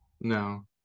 No